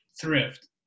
thrift